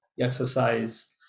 exercise